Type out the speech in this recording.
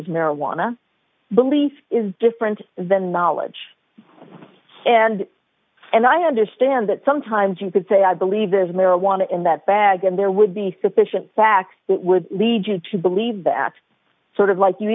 was marijuana belief is different than knowledge and and i understand that sometimes you could say i believe there's marijuana in that bag and there would be sufficient facts with lead you to believe that sort of like you